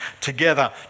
together